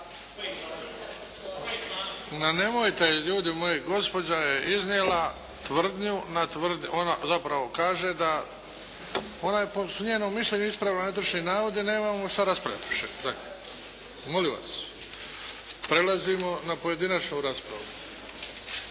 Ma nemojte ljudi moji! Gospođa je iznijela tvrdnju na tvrdnju. Ona zapravo kaže da, ona je po njenom mišljenju ispravila netočni navod i nemamo što raspravljati više. Molim vas! Prelazimo na pojedinačnu raspravu.